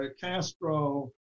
Castro